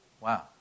Wow